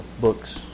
books